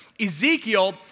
Ezekiel